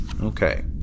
Okay